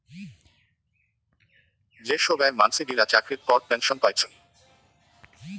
যে সোগায় মানসি গিলা চাকরির পর পেনসন পাইচুঙ